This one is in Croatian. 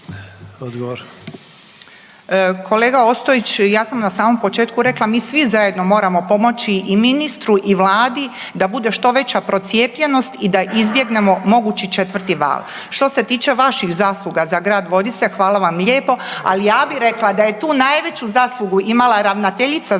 Kolega Ostojić ja sam na samom početku rekla mi svi zajedno moramo pomoći i ministru i Vladi da bude što veća procijepljenost i da izbjegnemo mogući četvrti val. Što se tiče vaših zasluga za Grad Vodice, hvala vam lijepo, ali ja bih rekla da je tu najveću zaslugu imala ravnateljica